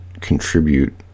contribute